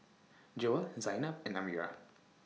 Joyah Zaynab and Amirah